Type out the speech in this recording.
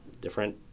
different